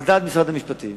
על דעת משרד המשפטים,